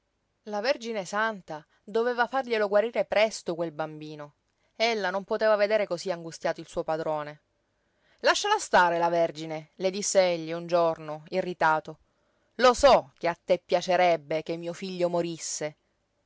la vergine santa doveva farglielo guarire presto quel bambino ella non poteva vedere cosí angustiato il suo padrone lasciala stare la vergine le disse egli un giorno irritato lo so che a te piacerebbe che mio figlio morisse